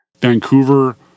Vancouver